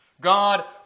God